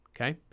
okay